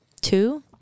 two